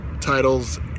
titles